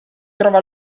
trova